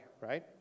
Right